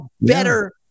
better